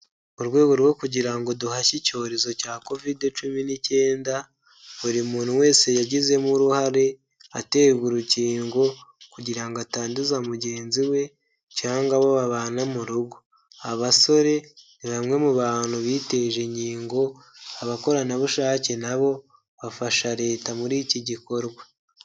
Mu rwego rwo kugira ngo duhashye icyorezo cya covid cumi n'icyenda; buri muntu wese yagizemo uruhare aterwa urukingo kugira ngo atanduza mugenzi we cyangwa abo babana mu rugo. Abasore ni bamwe mu bantu biteje inkingo, abakoranabushake na bo bafasha leta muri iki gikorwa.